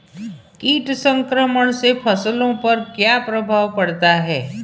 कीट संक्रमण से फसलों पर क्या प्रभाव पड़ता है?